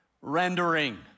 rendering